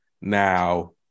now